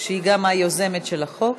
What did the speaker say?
שהיא גם היוזמת של החוק.